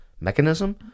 mechanism